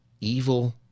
evil